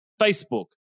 Facebook